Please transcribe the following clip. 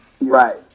Right